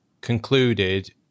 concluded